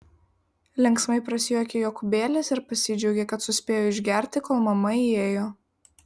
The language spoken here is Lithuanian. linksmai prasijuokė jokūbėlis ir pasidžiaugė kad suspėjo išgerti kol mama įėjo